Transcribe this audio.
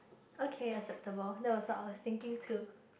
okay acceptable that was I was thinking too